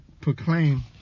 proclaim